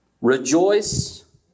Rejoice